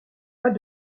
pas